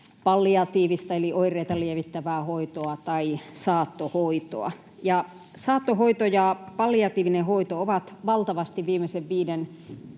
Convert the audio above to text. palliatiivista eli oireita lievittävää hoitoa tai saattohoitoa. Saattohoito ja palliatiivinen hoito ovat valtavasti viimeisten